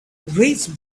raised